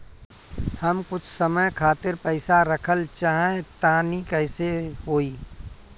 हम कुछ समय खातिर पईसा रखल चाह तानि कइसे होई?